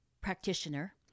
practitioner